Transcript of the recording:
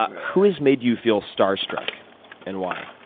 ah who has made you feel star-struck and why?